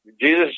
Jesus